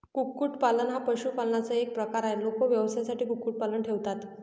कुक्कुटपालन हा पशुपालनाचा एक प्रकार आहे, लोक व्यवसायासाठी कुक्कुटपालन ठेवतात